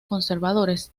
conservadores